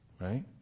Right